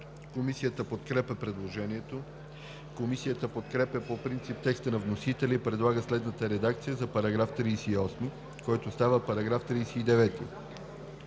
Комисията подкрепя предложението. Комисията подкрепя по принцип текста на вносителя и предлага следната редакция за § 45, който става § 47: „§ 47.